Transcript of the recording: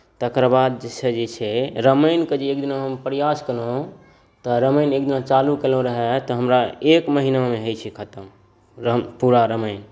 तकर बादसे जे छै रामायणके जे एकदिना हम प्रयास केलहुँ तऽ रामायण एकदिना हम चालू केलहुँ रहए तऽ एक महिनामे होइत छै खतम पूरा रामायण